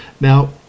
Now